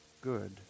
good